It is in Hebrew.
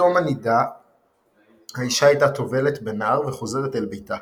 בתום הנידה האישה הייתה טובלת בנהר וחוזרת אל ביתה,